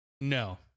no